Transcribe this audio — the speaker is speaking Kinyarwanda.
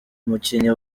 umukinnyi